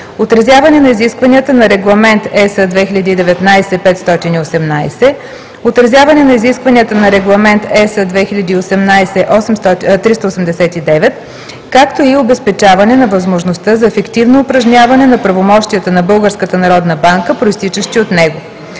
отразяване на изискванията на Регламент (ЕС) 2019/518; - отразяване на изискванията на Регламент (ЕС) 2018/389, както и обезпечаване на възможността за ефективно упражняване на правомощията на Българската